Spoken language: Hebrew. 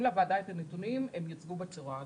לוועדה את הנתונים הם יוצגו בצורה הזו.